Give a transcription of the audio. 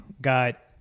got